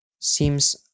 seems